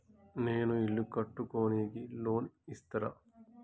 నేను ఇల్లు కట్టుకోనికి లోన్ ఇస్తరా?